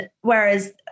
whereas